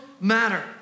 matter